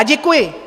Děkuji.